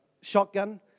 shotgun